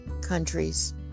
countries